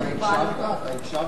הקשבת לה?